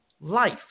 life